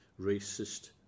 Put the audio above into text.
racist